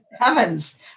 Heavens